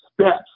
steps